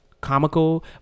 comical